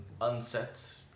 unset